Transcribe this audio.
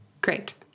great